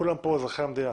כולם פה אזרחי המדינה.